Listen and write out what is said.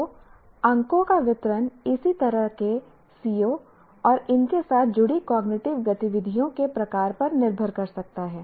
तो अंकों का वितरण इसी तरह के CO और उनके साथ जुड़ी कॉग्निटिव गतिविधियों के प्रकार पर निर्भर कर सकता है